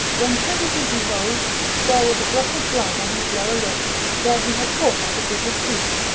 when presently he rose there was a drop of blood on his lower lip where he had caught at it with his teeth,